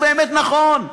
ובאמת נכון,